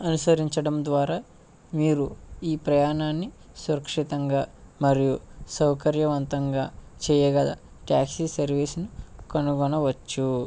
అనుసరించడం ద్వారా మీరు ఈ ప్రయాణాన్ని సురక్షితంగా మరియు సౌకర్యవంతంగా చేయగల ట్యాక్సీ సర్వీస్ని కనుగొనవచ్చు